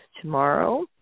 tomorrow